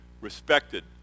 respected